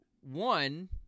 one